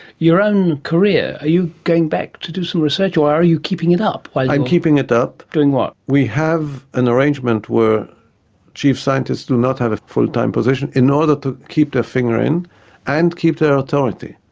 your own career, are you going back to do some research or are you keeping it up? i'm keeping it up. doing what? we have an arrangement where chief scientists do not have a full-time position in order to keep their finger in and keep their authority,